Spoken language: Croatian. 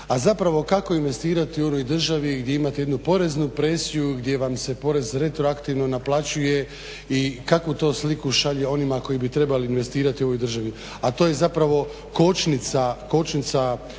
A zapravo kako investirati u onoj državi gdje imate jednu poreznu presiju, gdje vam se porez retroaktivno naplaćuje i kakvu to sliku šalje onima koji bi trebali investirati u ovoj državi. A to je zapravo kočnica razvoja